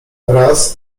raz